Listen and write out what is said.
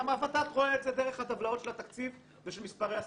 הות"ת רואה את זה דרך הטבלאות של התקציב ושל מספרי הסטודנטים.